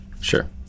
Sure